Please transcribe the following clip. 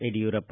Yediyurappa